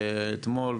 אתמול,